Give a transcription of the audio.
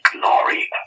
glory